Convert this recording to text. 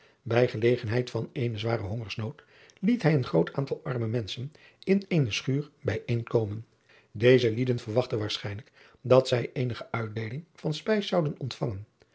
bij gelegenheid van eenen zwaren hongersnood liet hij een groot aantal arme menschen in eene schuur bij een komen eze lieden verwachtten waarschijnlijk dat zij eenige uitdeeling van spijs zouden ontvangen